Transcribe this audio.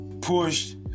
pushed